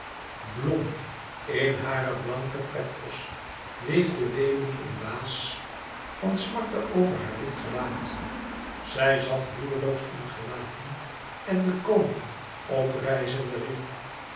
blond in hare blanke peplos weefde weemoed een waas van smarte over haar wit gelaat zij zat roereloos en gelaten en de koning op rijzende riep